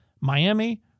Miami